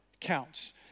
counts